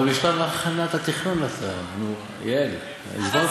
אבל בשלב הכנת התכנון, יעל, הסברתי לך.